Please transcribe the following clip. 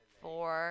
four